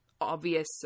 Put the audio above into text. obvious